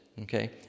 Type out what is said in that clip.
okay